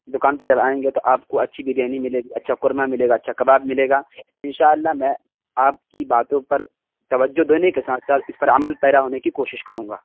دوکان پر جب آئیں گے تو آپ کو اچھی بریانی ملے گی اچھا قورمہ ملے گا اچھا کباب ملے گا ان شاء اللہ میں آپ کی باتوں پر توجہ دینے کے ساتھ ساتھ اس پر عمل پیرا ہونے کی کوشش کروں گا